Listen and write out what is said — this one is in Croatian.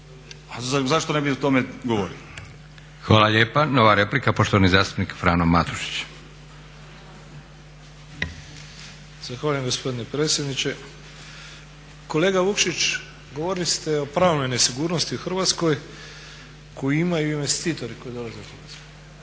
zašto ne bi o tome govorili. **Leko, Josip (SDP)** Hvala lijepa. Nova replika, poštovani zastupnik Frano Matušić. **Matušić, Frano (HDZ)** Zahvaljujem gospodine predsjedniče. Kolega Vukšić govorili ste o pravnoj nesigurnosti u Hrvatskoj koju imaju investitori koji dolaze u Hrvatsku.